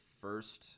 first